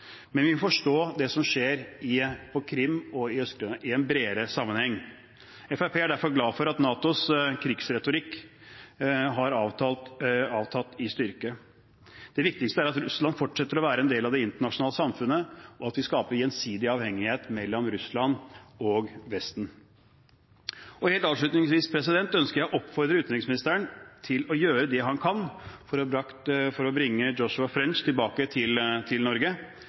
Men vi må forstå det som skjer på Krim og i Øst-Ukraina, i en bredere sammenheng. Fremskrittspartiet er derfor glad for at NATOs krigsretorikk har avtatt i styrke. Det viktigste er at Russland fortsetter å være en del av det internasjonale samfunnet, og at vi skaper gjensidig avhengighet mellom Russland og Vesten. Helt avslutningsvis ønsker jeg å oppfordre utenriksministeren til å gjøre det han kan for å bringe Joshua French tilbake til Norge.